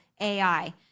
AI